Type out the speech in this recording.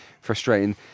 frustrating